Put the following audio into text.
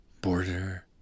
border